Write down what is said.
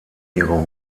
ihre